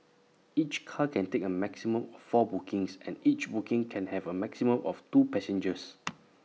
each car can take A maximum of four bookings and each booking can have A maximum of two passengers